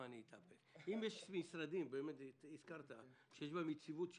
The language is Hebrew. אם יש משרדים שיש בהם יציבות שלטונית,